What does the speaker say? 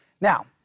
Now